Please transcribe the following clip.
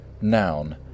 noun